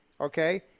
okay